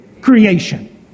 creation